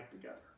together